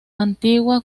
antigua